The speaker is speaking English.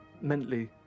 mentally